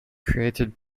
created